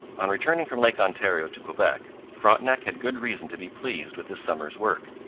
on returning from lake ontario to quebec frontenac had good reason to be pleased with his summer's work.